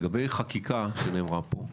לגבי חקיקה, שנאמרה פה,